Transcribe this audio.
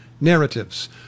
narratives